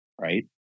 right